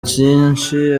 cyinshi